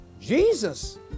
Jesus